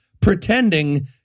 pretending